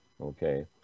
Okay